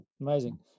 amazing